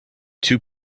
two